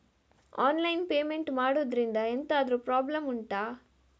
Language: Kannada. ಆನ್ಲೈನ್ ಪೇಮೆಂಟ್ ಮಾಡುದ್ರಿಂದ ಎಂತಾದ್ರೂ ಪ್ರಾಬ್ಲಮ್ ಉಂಟಾ